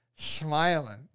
Smiling